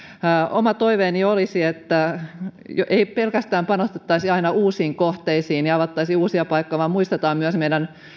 oma toiveeni olisi että ei pelkästään panostettaisi aina uusiin kohteisiin ja avattaisi uusia paikkoja vaan muistetaan myös meidän